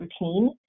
routine